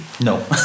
No